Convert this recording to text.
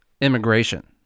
immigration